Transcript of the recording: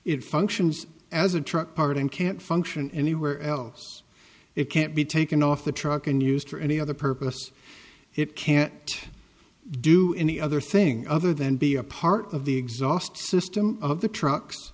it functions as a truck part and can't function anywhere else it can't be taken off the truck and used for any other purpose it can't do any other thing other than be a part of the exhaust system of the trucks